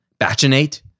Batchinate